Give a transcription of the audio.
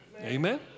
Amen